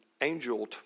angel